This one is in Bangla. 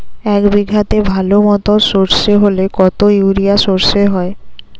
এক বিঘাতে ভালো মতো সর্ষে হলে কত ইউরিয়া সর্ষে হয়?